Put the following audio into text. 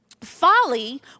Folly